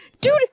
Dude